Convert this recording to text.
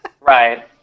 Right